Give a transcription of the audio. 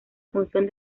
función